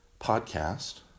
podcast